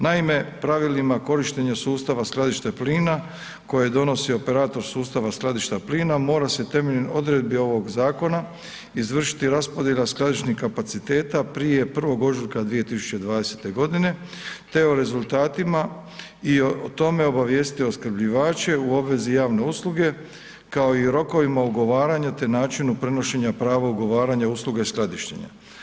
Naime, pravilima korištenja sustava skladišta plina koji donosi operator sustava skladišta plinom, mora se temeljem odredbi ovog zakona izvršiti raspodjela skladišnih kapaciteta prije 1. ožujka 2020. g. te o rezultatima i o tome obavijestiti opskrbljivače u obvezi javne usluge kao i rokovima ugovaranja te načinu prenošenja prava ugovaranja usluge skladištenja.